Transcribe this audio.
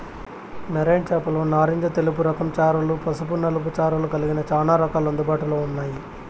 marine చేపలు నారింజ తెలుపు రకం చారలు, పసుపు నలుపు చారలు కలిగిన చానా రకాలు అందుబాటులో ఉన్నాయి